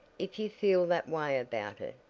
if you feel that way about it,